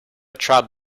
trap